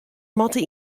moatte